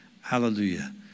Hallelujah